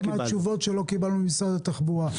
זה חלק מהתשובות שלא קיבלנו ממשרד התחבורה.